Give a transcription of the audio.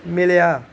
मिलेआ